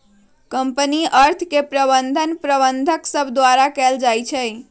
company अर्थ के प्रबंधन प्रबंधक सभ द्वारा कएल जाइ छइ